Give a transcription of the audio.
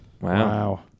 Wow